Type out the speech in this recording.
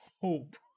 hope